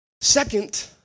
Second